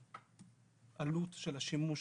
העלות של השימוש